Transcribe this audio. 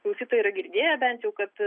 klausytojai yra girdėję bent jau kad